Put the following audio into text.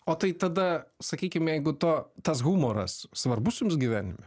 o tai tada sakykim jeigu to tas humoras svarbus jums gyvenime